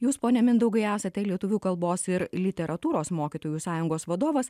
jūs pone mindaugai esate lietuvių kalbos ir literatūros mokytojų sąjungos vadovas